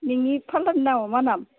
नोंनि फार्लारनि नामा मा नाम